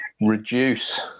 reduce